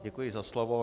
Děkuji za slovo.